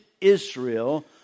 Israel